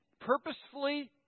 purposefully